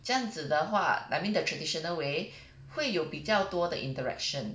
这样子的话 I mean the traditional way 会有比较多的 interaction